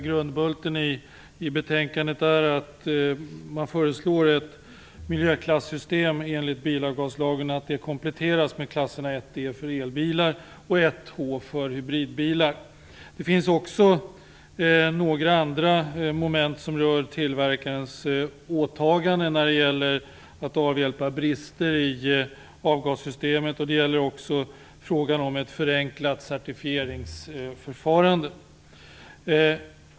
Grundbulten i betänkandet är att man föreslår att miljöklassystemet enligt bilavgaslagen kompletteras med klasserna 1 E för elbilar och 1 H för hybridbilar. Det finns också några andra moment som rör tillverkarens åtagande när det gäller att avhjälpa brister i avgassystemet och det gäller också frågan om ett förenklat certifieringsförfarande.